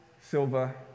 silver